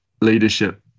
leadership